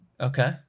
Okay